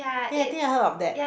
eh I think I heard of that